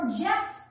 project